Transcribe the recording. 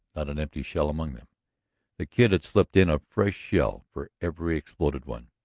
not an empty shell among them the kid had slipped in a fresh shell for every exploded one.